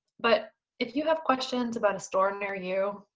but if you have questions about a store near you,